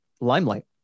Limelight